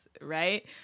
right